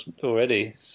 already